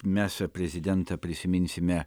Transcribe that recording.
mes prezidentą prisiminsime